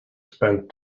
spent